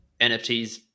NFTs